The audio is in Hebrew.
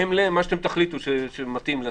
בהתאם למה שתחליטו שמתאים להוסיף.